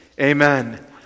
amen